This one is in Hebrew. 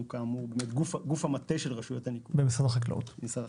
אנחנו גוף המטה של רשויות הניקוז במשרד החקלאות.